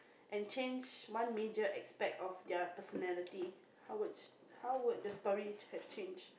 and change one major aspect of their personality how would how would the story have changed